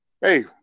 Hey